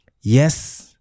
yes